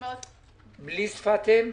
בלי שפת אם.